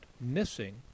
missing